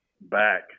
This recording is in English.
back